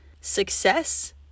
success